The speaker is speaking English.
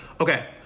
Okay